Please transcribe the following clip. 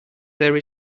there